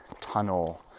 tunnel